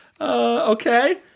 okay